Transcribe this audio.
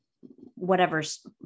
whatever's